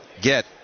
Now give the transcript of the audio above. get